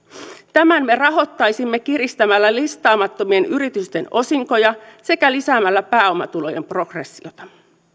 tämän me rahoittaisimme kiristämällä listaamattomien yritysten osinkoja sekä lisäämällä pääomatulojen progressiota